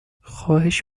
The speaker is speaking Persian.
خواهش